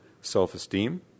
self-esteem